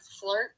flirt